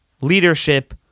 leadership